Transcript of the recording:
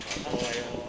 我已我